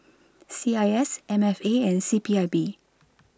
C I S M F A and C P I B